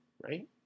right